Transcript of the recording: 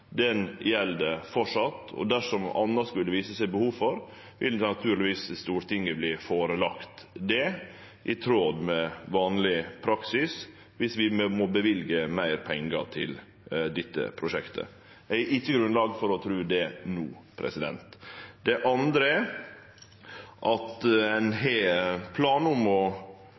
Den gjeld framleis. Og dersom det skulle vise seg behov for anna, vil naturlegvis Stortinget verte førelagt det, i tråd med vanleg praksis, dersom vi må løyve meir pengar til dette prosjektet. Eg har ikkje grunnlag for å tru det no. Det andre er at ein har planar om å